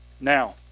Now